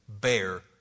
bear